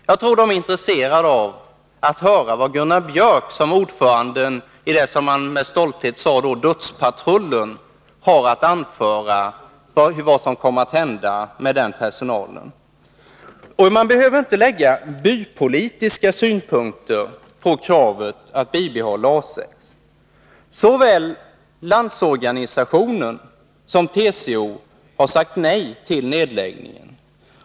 Jag tror att de är intresserade av att höra vad Gunnar Björk som ordförande i dödspatrullen — som man med stolthet kallade den — har att anföra när det gäller vad som kommer att hända med denna personal. Man behöver inte anlägga ”bypolitiska” synpunkter på kravet att man skall bibehålla A 6. Såväl LO som TCO har sagt nej till nedläggningen.